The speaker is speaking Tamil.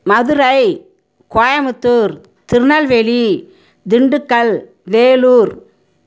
மதுரை கோயமுத்தூர் திருநெல்வேலி திண்டுக்கல் வேலூர்